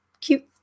cute